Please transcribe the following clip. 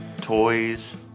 toys